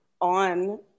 on